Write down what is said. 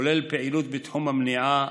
כולל פעילות בתחום המניעה,